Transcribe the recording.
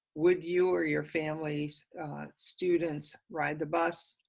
would you or your family's students ride the bus,